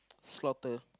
slaughter